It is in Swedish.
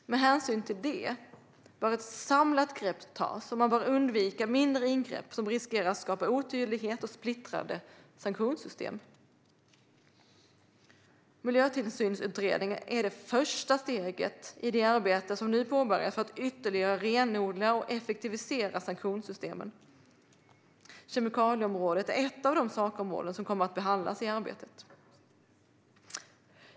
Med hänsyn till det bör ett samlat grepp tas, och man bör undvika mindre ingrepp som riskerar att skapa otydlighet och splittrade sanktionssystem. Miljötillsynsutredningen är det första steget i det arbete som nu har påbörjats för att ytterligare renodla och effektivisera sanktionssystemen. Kemikalieområdet är ett av de sakområden som kommer att behandlas i det arbetet.